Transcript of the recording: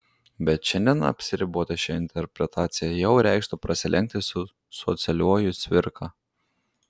bet šiandien apsiriboti šia interpretacija jau reikštų prasilenkti su socialiuoju cvirka